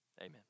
amen